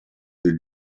the